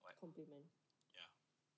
what yeah